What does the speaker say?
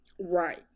Right